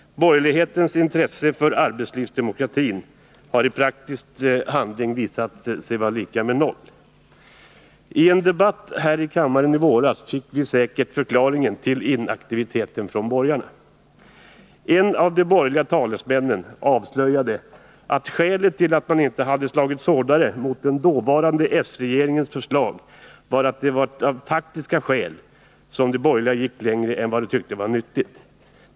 Borgerlighetens intresse för arbetslivsdemokratin har i praktisk handling visat sig vara lika med noll. I en debatt här i kammaren i våras fick vi säkert förklaringen till inaktiviteten från borgarna. En av de borgerliga talesmännen avslöjade att skälet till att man inte hade slagits hårdare mot den dåvarande s-regeringens förslag var att de borgerliga av taktiska skäl gick längre än vad de tyckte var nyttigt.